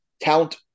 count